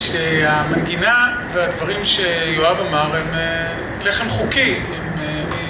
שהמנגינה והדברים שיואב אמר הם לחם חוקי